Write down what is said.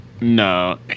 no